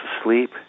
asleep